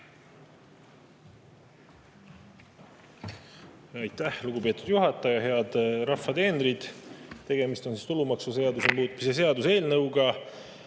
Aitäh, lugupeetud juhataja! Head rahva teenrid! Tegemist on tulumaksuseaduse muutmise seaduse eelnõuga,